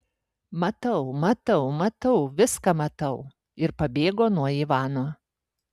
matau matau matau viską matau ir pabėgo nuo ivano